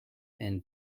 and